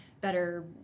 better